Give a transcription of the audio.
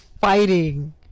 fighting